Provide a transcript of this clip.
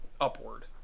upward